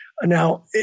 Now